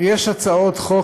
יש הצעות חוק